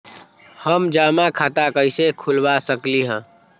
हम जमा खाता कइसे खुलवा सकली ह?